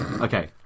Okay